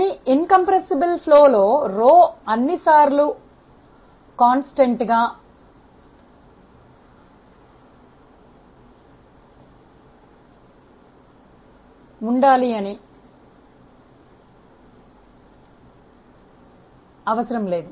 కానీ కుదించడానికి వీలుకాని ప్రవాహానికి రో స్థిరంగా ఉండాలి అనే అవసరం లేదు